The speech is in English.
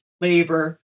labor